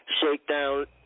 Shakedown